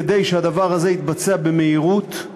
כדי שהדבר הזה יתבצע במהירות,